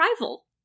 rival